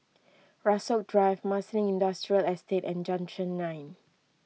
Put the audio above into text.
Rasok Drive Marsiling Industrial Estate and Junction nine